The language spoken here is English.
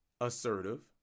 assertive